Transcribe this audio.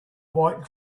white